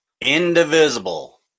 indivisible